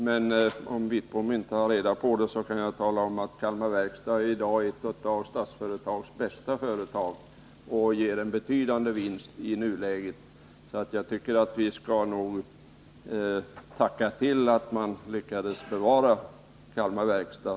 Men om Bengt Wittbom inte har reda på det, så kan jag tala om att Kalmar Verkstad i dag är ett av Statsföretags bästa företag och ger en betydande vinst i nuläget, så jag tycker nog att vi bör tacka för att man lyckades bevara Kalmar Verkstad.